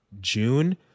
June